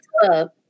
club